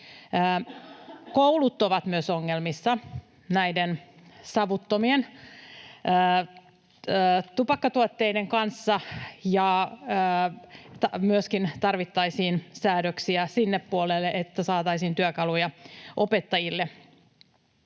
Koulut ovat myös ongelmissa näiden savuttomien tupakkatuotteiden kanssa, ja myöskin tarvittaisiin säädöksiä sinne puolelle, että saataisiin työkaluja opettajille.